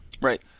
Right